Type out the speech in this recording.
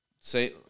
say